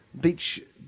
beach